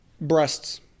breasts